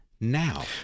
now